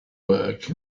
work